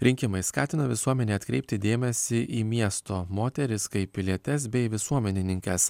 rinkimai skatina visuomenę atkreipti dėmesį į miesto moteris kaip pilietes bei visuomenininkes